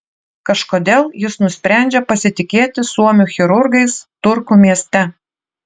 kažkodėl jis nusprendžia pasitikėti suomių chirurgais turku mieste